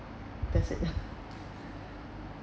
that's it